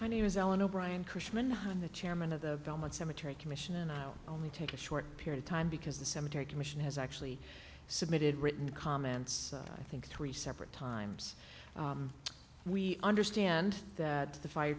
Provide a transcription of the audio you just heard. my name is ellen o'brien chrisman hundred chairman of the belmont cemetery commission and i'll only take a short period of time because the cemetery commission has actually submitted written comments i think three separate times we understand that the fire